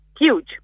Huge